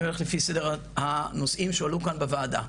אני הולך לפי סדר הנושאים שהועלו כאן בוועדה.